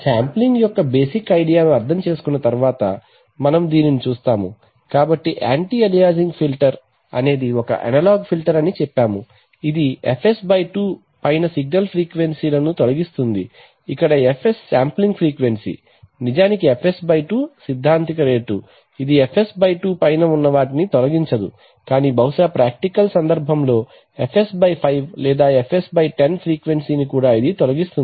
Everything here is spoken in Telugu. శాంప్లింగ్ యొక్క బేసిక్ ఐడియా ను అర్థం చేసుకున్న తరువాత మనము దీనిని చూస్తాము కాబట్టి యాంటీ అలియాసింగ్ ఫిల్టర్ అనేది ఒక అనలాగ్ ఫిల్టర్ అని చెప్పాము ఇది fs 2 పైన సిగ్నల్ఫ్రీక్వెన్సీ ల ను తొలగిస్తుంది ఇక్కడ fs శాంప్లింగ్ ఫ్రీక్వెన్సీ నిజానికి fs 2 సిద్ధాంతిక రేటు ఇది fs 2 పైన ఉన్నవాటిని తొలగించదు కాని బహుశా ప్రాక్టికల్ సందర్భంలో fs 5 లేదా fs 10 ఫ్రీక్వెన్సీని ను కూడా తొలగిస్తుంది